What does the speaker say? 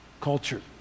culture